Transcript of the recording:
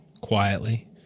quietly